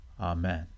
Amen